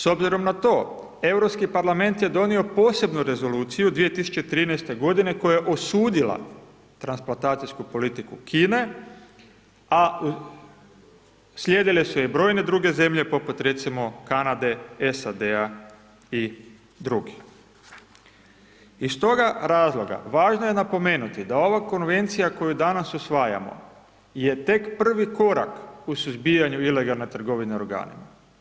S obzirom na to, EU parlament je donio posebnu rezoluciju 2013. g. koja je osudila transplantacijsku politiku Kine, a slijedile su je brojne druge zemlje, poput recimo Kanade, SAD i dr. Iz toga razloga važno je napomenuti da ova konvencija koju danas usvajamo je tek prvi korak u suzbijanju ilegalne trgovine organa.